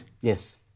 Yes